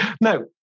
No